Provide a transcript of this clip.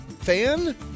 fan